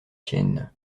chiennes